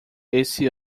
esse